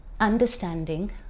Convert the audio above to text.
understanding